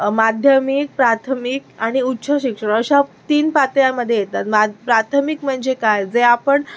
माध्यमिक प्राथमिक आणि उच्च शिक्षण अश्या तीन पातळ्यांमध्ये येतात मा प्राथमिक म्हणजे काय जे आपण